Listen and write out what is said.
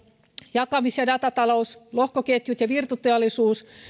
jakamis ja datatalous lohkoketjut ja virtuaalitodellisuus